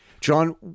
John